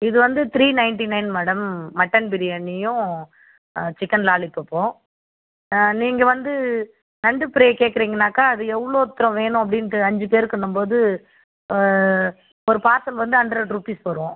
இது வந்து three ninety nine madam mutton பிரியாணியும் சிக்கன் லாலிபப்பும் நீங்கள் வந்து நண்டு ப்ரை கேட்குறீங்கனாக்கா அது எவ்ளோத்துரோம் வேணும் அப்படின்ட்டு அஞ்சு பேருக்குன்னும்போது ஒரு பார்சல் வந்து ஹண்ட்ரட் ரூபீஸ் வரும்